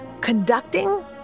conducting